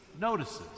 notices